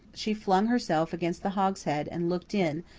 she flung herself against the hogshead and looked in,